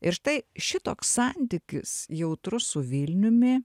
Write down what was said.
ir štai šitoks santykis jautrus su vilniumi